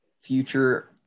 future –